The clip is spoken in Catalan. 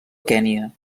kenya